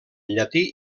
llatí